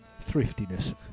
thriftiness